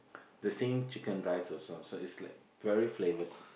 the same chicken rice also so it's like very flavour